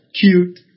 cute